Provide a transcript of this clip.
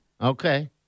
Okay